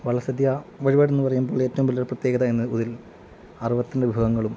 വള്ള സദ്യ വഴിപാടെന്നു പറയുമ്പോഴേറ്റവും വലിയ പ്രത്യേകത എന്ന ഇതിൽ അറുപത്തി രണ്ട് വിഭവങ്ങളും